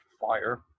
fire